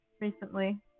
recently